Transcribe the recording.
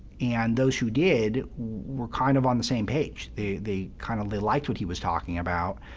and those who did were kind of on the same page. they they kind of they liked what he was talking about.